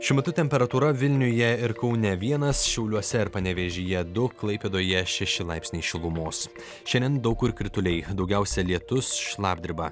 šiuo metu temperatūra vilniuje ir kaune vienas šiauliuose ir panevėžyje du klaipėdoje šeši laipsniai šilumos šiandien daug kur krituliai daugiausia lietus šlapdriba